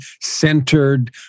centered